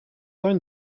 learn